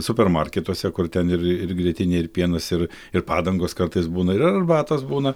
supermarketuose kur ten ir ir grietinė ir pienas ir ir padangos kartais būna ir arbatos būna